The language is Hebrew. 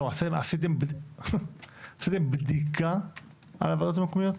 לא, עשיתם בדיקה על הוועדות המקומיות?